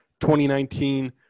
2019